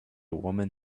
woman